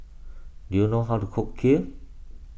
do you know how to cook Kheer